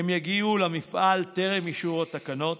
הן יגיעו למפעל טרם אישור התקנות